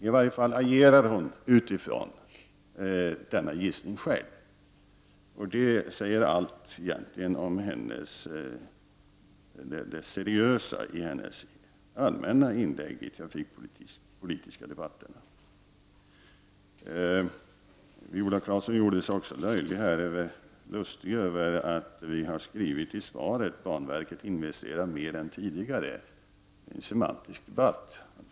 I varje fall agerar hon själv utifrån denna gissning, och det säger egentligen allt om det seriösa i hennes allmänna inlägg i de trafikpolitiska debatterna. Viola Claesson gjorde sig här också lustig över att vi i svaret har skrivit att banverket investerar mer än tidigare. Det är en semantisk debatt.